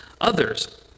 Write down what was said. others